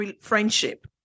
friendship